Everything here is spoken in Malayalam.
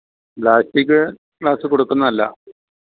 plastic glass കൊടുക്കുന്നതല്ല